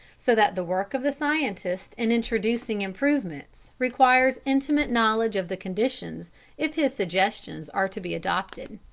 so that the work of the scientist in introducing improvements requires intimate knowledge of the conditions if his suggestions are to be adopted.